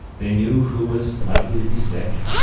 they knew who was likely to be sick,